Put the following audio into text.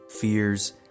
fears